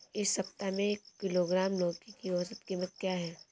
इस सप्ताह में एक किलोग्राम लौकी की औसत कीमत क्या है?